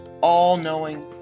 all-knowing